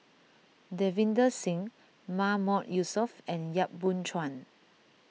Davinder Singh Mahmood Yusof and Yap Boon Chuan